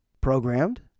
programmed